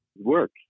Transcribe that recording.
work